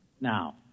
Now